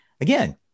again